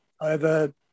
over